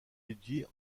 étudiés